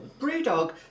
Brewdog